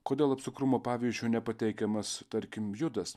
kodėl apsukrumo pavyzdžiu nepateikiamas tarkim judas